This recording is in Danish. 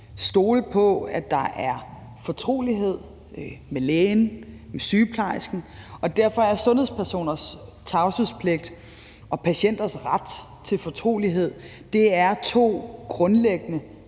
stole på, at der er fortrolighed med lægen, med sygeplejersken, og derfor er sundhedspersoners tavshedspligt og patienters ret til fortrolighed to grundlæggende